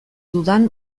dudan